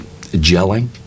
gelling